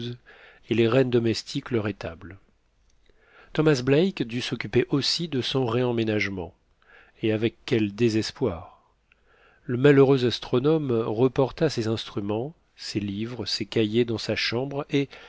et les rennes domestiques leur étable thomas black dut s'occuper aussi de son réemménagement et avec quel désespoir le malheureux astronome reporta ses instruments ses livres ses cahiers dans sa chambre et